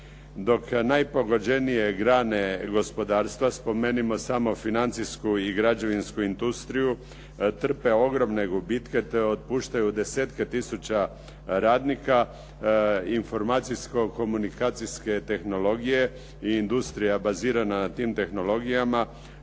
Dok najpogođenije grane gospodarstva, spomenimo samo financijsku i građevinsku industriju, trpe ogromne gubitke te otpuštaju desetke tisuća radnika, informacijsko-komunikacijske tehnologije i industrija bazirana na tim tehnologijama,